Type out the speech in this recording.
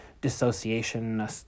dissociation